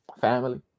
family